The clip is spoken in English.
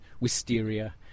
wisteria